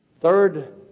third